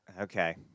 Okay